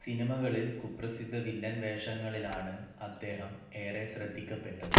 സിനിമകളിൽ കുപ്രസിദ്ധ വില്ലൻ വേഷങ്ങളിലാണ് അദ്ദേഹം ഏറെ ശ്രദ്ധിക്കപ്പെട്ടത്